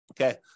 Okay